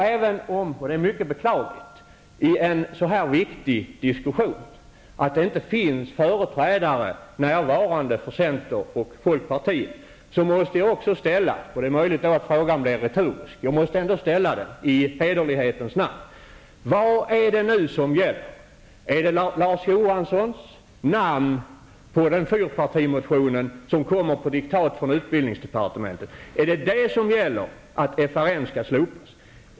Även om det i en så här viktig diskussion -- vilket också är mycket beklagligt -- inte finns företrädare för centern och folkpartiet närvarande, måste jag i hederlighetens namn ställa följande frågor, fastän det är möjligt att de förblir obesvarade: Vad är det nu som gäller? Är det det som sägs i den fyrpartimotion som väckts på diktat från utbildningsdepartementet och som bl.a. Larz Johansson står bakom, dvs. att FRN skall slopas?